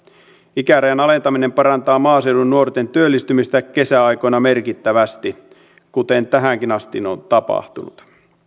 ikärajan alentaminen parantaa maaseudun nuorten työllistymistä kesäaikoina merkittävästi kuten tähänkin asti on tapahtunut